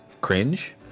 cringe